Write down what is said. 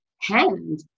hand